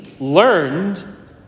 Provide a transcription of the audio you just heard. Learned